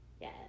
Yes